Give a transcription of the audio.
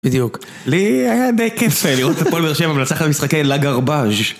בדיוק, לי היה בכיף לראות את הכל בראשי המנצח ממשחקי לה גרבז'